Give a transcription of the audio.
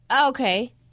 Okay